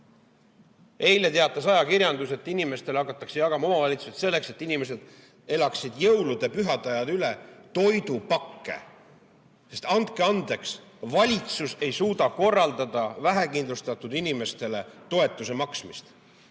Eile teatas ajakirjandus, et inimestele hakkavad omavalitsused jagama selleks, et inimesed elaksid jõulude, pühade ajad üle, toidupakke, sest, andke andeks, valitsus ei suuda korraldada vähekindlustatud inimestele toetuse maksmist.